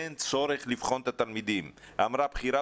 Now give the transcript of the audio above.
אין צורך לבחון את התלמידים אמרה בכירה